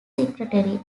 secretary